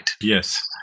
Yes